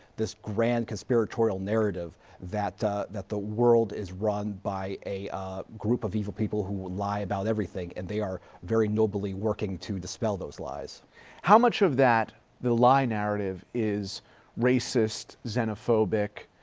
this grand conspiratorial narrative that the that the world is run by a group of evil people who lie about everything and they are very, nobly working to dispel those lies. heffner how much of that, the lie narrative is racist, xenophobic,